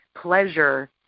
pleasure